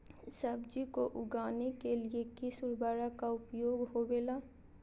सब्जी को उगाने के लिए किस उर्वरक का उपयोग होबेला?